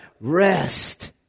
Rest